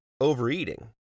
overeating